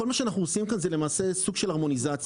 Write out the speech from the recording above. כל מה שאנחנו עושים כאן זה למעשה סוג של הרמוניזציה,